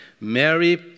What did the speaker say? Mary